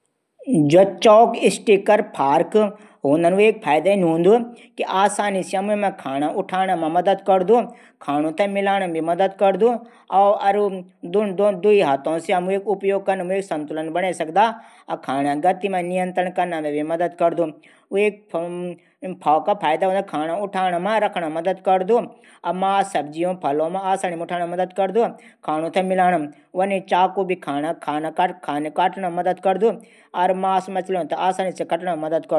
चॉप-स्टिक फारक हूदन वे फैदा इन हेदू कि खाणू उठानू ऊ आसानी से मदद करदू। खाणू थै मिलाण भी मदद करदू। दुवि हथो हम वेकू उपयोग कन मा संतुलन बणे सकदा। खाणा गति मा भी नियत्रंण कन भी मदद करदू। वे कू फाक फैदा खाणा ऊठाण और रखण मा। मांस उगैरि उठान कटण मा काम आंदू।